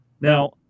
Now